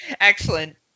Excellent